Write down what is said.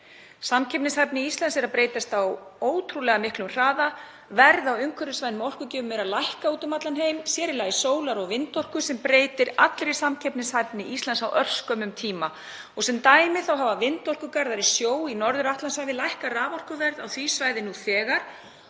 Samkeppnishæfni Íslands er að breytast á ótrúlega miklum hraða. Verð á umhverfisvænum orkugjöfum er að lækka úti um allan heim, sér í lagi á sólar- og vindorku sem breytir allri samkeppnishæfni Íslands á örskömmum tíma. Sem dæmi hafa vindorkugarðar í sjó í Norður-Atlantshafi nú þegar lækkað raforkuverð á því svæði og